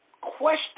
Question